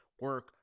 Work